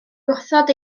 gwrthod